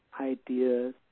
ideas